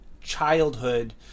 childhood